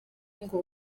ngo